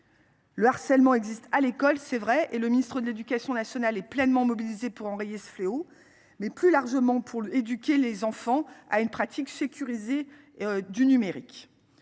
Le harcèlement existe à l'école, c'est vrai et le ministre de l'éducation nationale est pleinement mobilisée pour enrayer ce fléau. Mais plus largement pour éduquer les enfants à une pratique sécurisée et du numérique.